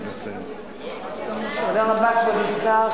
תודה רבה, כבוד השר.